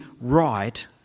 right